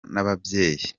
n’ababyeyi